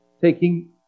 taking